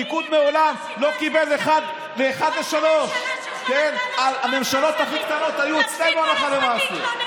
מי, ראש הממשלה שלך נתן לו 17 שרים.